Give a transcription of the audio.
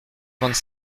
vingt